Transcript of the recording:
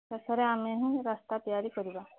ଶେଷରେ ଆମେ ହିଁ ରାସ୍ତା ତିଆରି କରିବା